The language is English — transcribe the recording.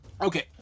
Okay